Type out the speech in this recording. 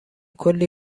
کلی